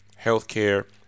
healthcare